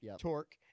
torque